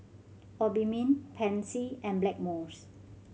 Obimin Pansy and Blackmores